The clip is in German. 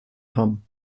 hamm